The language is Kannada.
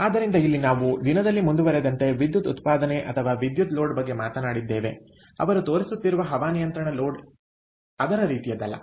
ಆದ್ದರಿಂದ ಇಲ್ಲಿ ನಾವು ದಿನದಲ್ಲಿ ಮುಂದುವರೆದಂತೆ ವಿದ್ಯುತ್ ಉತ್ಪಾದನೆ ಅಥವಾ ವಿದ್ಯುತ್ ಲೋಡ್ ಬಗ್ಗೆ ಮಾತನಾಡಿದ್ದೇವೆ ಅವರು ತೋರಿಸುತ್ತಿರುವ ಹವಾನಿಯಂತ್ರಣ ಲೋಡ್ ಅದರ ರೀತಿಯದ್ದಲ್ಲ